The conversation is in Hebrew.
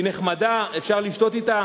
היא נחמדה, אפשר לשתות אתה,